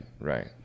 Right